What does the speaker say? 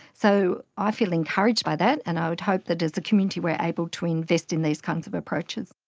so i feel encouraged by that and i would hope that as a community we are able to invest in these kinds of approaches.